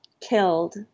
killed